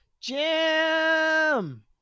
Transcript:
Jim